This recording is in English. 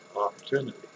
opportunity